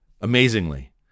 amazingly